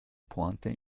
pointe